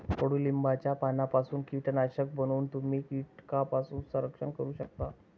कडुलिंबाच्या पानांपासून कीटकनाशक बनवून तुम्ही कीटकांपासून संरक्षण करू शकता